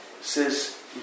says